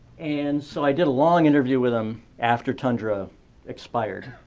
and so i did a long interview with him after tundra expired.